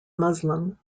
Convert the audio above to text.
muslim